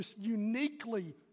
uniquely